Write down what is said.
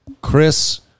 Chris